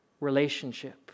relationship